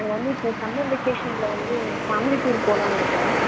நாங்கள் வந்து இப்போ சம்மர் வெகேஷன்ல வந்து ஃபேமிலி டூர் போகலாம்ன்னு இருக்கோம்